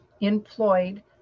employed